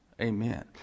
Amen